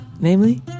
namely